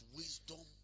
wisdom